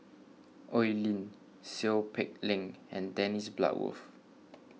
Oi Lin Seow Peck Leng and Dennis Bloodworth